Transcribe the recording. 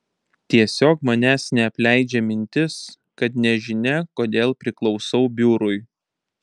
tiesiog manęs neapleidžia mintis kad nežinia kodėl priklausau biurui